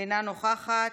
אינה נוכחת,